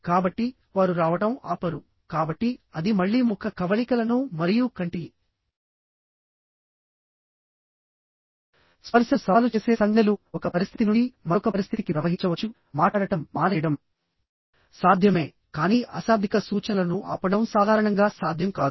కాబట్టి వారు రావడం ఆపరు కాబట్టి అది మళ్ళీ ముఖ కవళికలను మరియు కంటి స్పర్శను సవాలు చేసే సంజ్ఞలు ఒక పరిస్థితి నుండి మరొక పరిస్థితికి ప్రవహించవచ్చు మాట్లాడటం మానేయడం సాధ్యమే కానీ అశాబ్దిక సూచనలను ఆపడం సాధారణంగా సాధ్యం కాదు